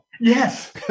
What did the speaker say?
Yes